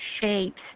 shapes